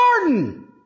garden